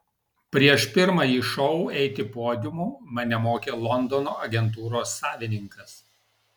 prieš pirmąjį šou eiti podiumu mane mokė londono agentūros savininkas